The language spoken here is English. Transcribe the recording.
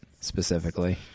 specifically